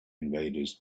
invaders